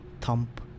Thump